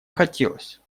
хотелось